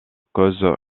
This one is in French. cause